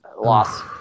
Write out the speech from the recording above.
Loss